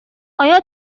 آیا